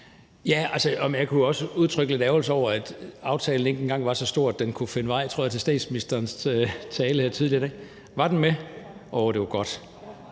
Ja, men jeg kunne jo også udtrykke lidt ærgrelse over, at aftalen ikke engang var så stor, at den kunne finde vej til statsministerens tale tidligere her i dag, eller var den med? Åh, det var godt.